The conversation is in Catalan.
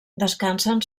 descansen